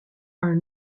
are